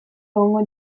egongo